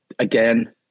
Again